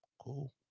Cool